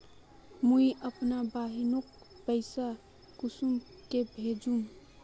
मुई अपना बहिनोक पैसा कुंसम के भेजुम?